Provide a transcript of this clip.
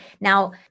Now